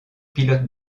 pilote